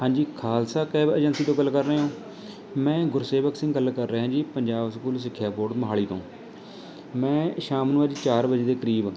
ਹਾਂਜੀ Khalsa cab agency ਤੋਂ ਗੱਲ ਕਰ ਰਹੇ ਹੋ ਮੈਂ ਗੁਰਸੇਵਕ ਸਿੰਘ ਗੱਲ ਕਰ ਰਿਹਾ ਹਾਂ ਜੀ ਪੰਜਾਬ ਸਕੂਲ ਸਿੱਖਿਆ ਬੋਰਡ ਮੋਹਾਲੀ ਤੋਂ ਮੈਂ ਸ਼ਾਮ ਨੂੰ ਅੱਜ ਚਾਰ ਵਜੇ ਦੇ ਕਰੀਬ